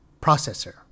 processor